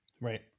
Right